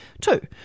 Two